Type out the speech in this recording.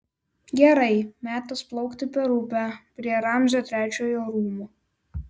gerai metas plaukti per upę prie ramzio trečiojo rūmų